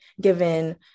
given